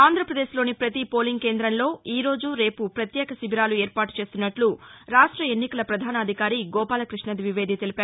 ఆంధ్రప్రదేశ్లోని ప్రతి పోలింగ్ కేంద్రంలో ఈరోజు రేపు ప్రత్యేక శిబిరాలు ఏర్పాటుచేస్తున్నట్ల రాష్ట్ర ఎన్నికల పధానాధికారి గోపాలకృష్ణ ద్వివేది తెలిపారు